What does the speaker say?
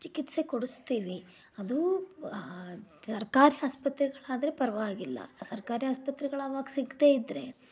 ಚಿಕಿತ್ಸೆ ಕೊಡಿಸ್ತೀವಿ ಅದೂ ಸರ್ಕಾರಿ ಆಸ್ಪತ್ರೆಗಳಾದರೆ ಪರವಾಗಿಲ್ಲ ಸರ್ಕಾರಿ ಆಸ್ಪತ್ರೆಗಳಾವಾಗ ಸಿಗದೇ ಇದ್ರೆ